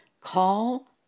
call